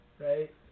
right